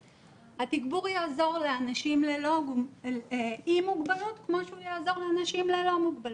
התגבור יעזור לאנשים עם מוגבלות כמו שהוא יעזור לאנשים ללא מוגבלות.